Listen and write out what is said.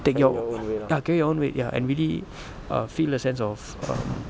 take your ah carry your own weight ya and really err feel the sense of um